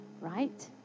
right